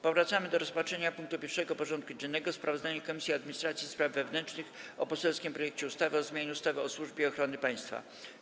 Powracamy do rozpatrzenia punktu 1. porządku dziennego: Sprawozdanie Komisji Administracji i Spraw Wewnętrznych o poselskim projekcie ustawy o zmianie ustawy o Służbie Ochrony Państwa.